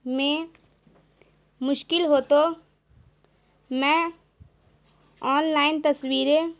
میں مشکل ہو تو میں آن لائن تصویریں